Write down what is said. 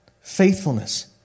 faithfulness